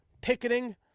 picketing